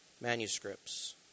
manuscripts